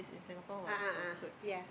a'ah ah yeah